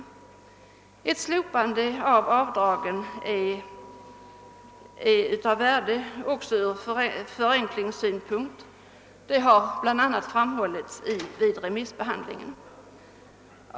Att ett slopande av avdragen är värdefull också från förenklingssynpunkt har framhållits bl.a. vid remissbehandlingen.